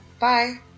Bye